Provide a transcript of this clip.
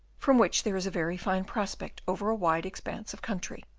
from which there is a very fine prospect over a wide expanse of country.